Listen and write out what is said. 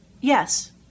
Yes